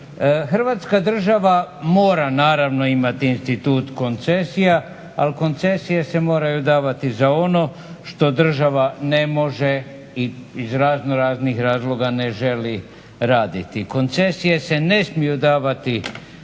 Hrvatska država mora naravno imati institut koncesija, ali koncesije se moraju davati za ono što država ne može iz razno raznih razloga ne želi raditi. Koncesije se ne smiju davati